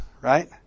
right